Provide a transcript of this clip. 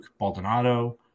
Baldonado